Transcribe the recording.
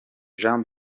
jean